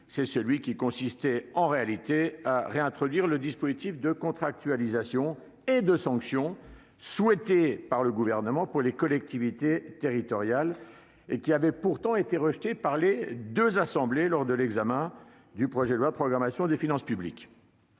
Celui-ci consistait, en réalité, à réintroduire le dispositif de contractualisation et de sanction, souhaité par le Gouvernement, à destination des collectivités territoriales, alors même que celui-ci avait été rejeté par les deux assemblées lors de l'examen du projet de loi de programmation des finances publiques